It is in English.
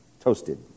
toasted